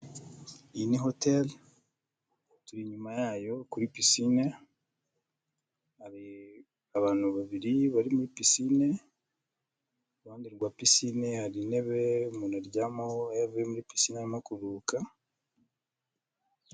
Iyi ni hoteli turi inyuma yayo kuri pisine, abantu babiri bari muri pisine, iruhande rwa pisine hari intebe umuntu aryamaho iyo avuye muri pisine arimo kuruhuka.